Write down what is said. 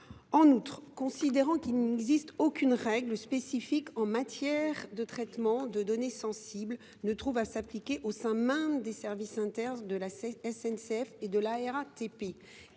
En outre, considérant qu’aucune règle spécifique en matière de traitement des données sensibles ne trouve à s’appliquer aux services internes de la SNCF et de la RATP